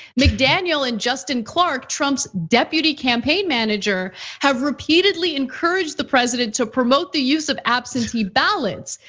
mcdaniel and justin clark trump's deputy campaign manager have repeatedly encouraged the president to promote the use of absentee ballots.